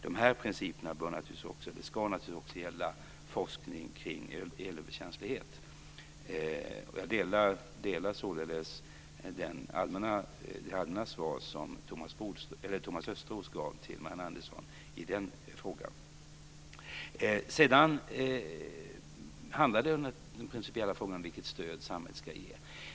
De här principerna ska naturligtvis också gälla forskning kring elöverkänslighet, och jag instämmer således i det allmänna svar som Thomas Östros gav till Marianne Andersson i den frågan. Sedan handlar det om den principiella frågan om vilket stöd samhället ska ge.